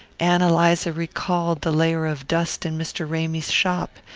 ann eliza recalled the layer of dust in mr. ramy's shop,